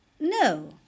No